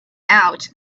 out